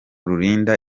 rurinda